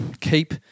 keep